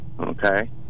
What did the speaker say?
okay